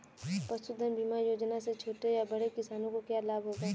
पशुधन बीमा योजना से छोटे या बड़े किसानों को क्या लाभ होगा?